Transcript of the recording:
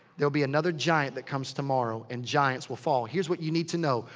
they'll be another giant that comes tomorrow and giants will fall. here's what you need to know.